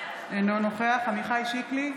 אינו נוכח עמיחי שיקלי,